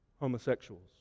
Homosexuals